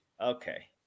okay